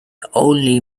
only